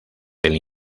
del